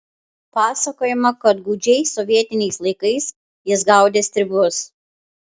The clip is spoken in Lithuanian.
pasakojama kad gūdžiais sovietiniais laikais jis gaudė stribus